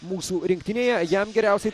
mūsų rinktinėje jam geriausiai